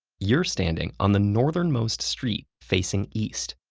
you're standing on the northernmost street facing east,